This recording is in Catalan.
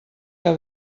que